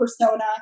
persona